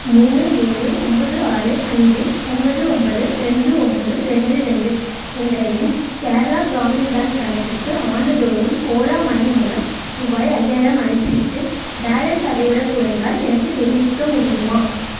மூணு ஏழு ஒன்பது ஆறு அஞ்சு ஒன்பது ஒன்பது ரெண்டு ஒன்பது ரெண்டு ரெண்டு என்ற என் கேரளா கிராமின் பேங்க் கணக்குக்கு ஆண்டுதோறும் ஓலா மனி மூலம் ருபாய் ஐயாயிரம் அனுப்பிவிட்டு பேலன்ஸ் அதைவிடக் குறைந்தால் எனக்குத் தெரிவிக்க முடியுமா